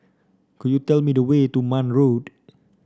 could you tell me the way to Marne Road